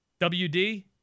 WD